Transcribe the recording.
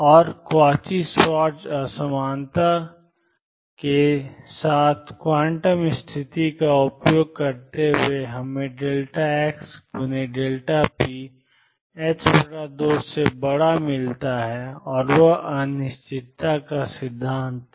और Cauchy Schwarz असमानता के साथ क्वांटम स्थिति का उपयोग करते हुए हमें xp≥2 मिला और वह अनिश्चितता का सिद्धांत है